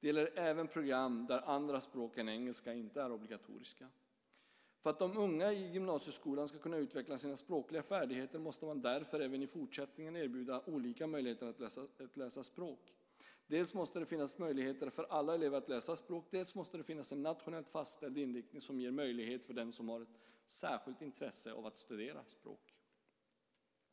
Det gäller även på program där andra språk än engelska inte är obligatoriska. För att de unga i gymnasieskolan ska kunna utveckla sina språkliga färdigheter måste man därför även i fortsättningen erbjuda olika möjligheter att läsa språk. Dels måste det finnas möjligheter för alla elever att läsa språk, dels måste det finnas en nationellt fastställd inriktning som ger möjlighet för den som har ett särskilt intresse av det att studera språk.